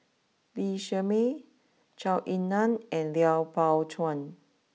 Lee Shermay Zhou Ying Nan and Lui Pao Chuen